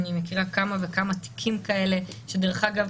אני מכירה כמה וכמה תיקים כאלה שדרך אגב,